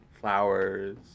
flowers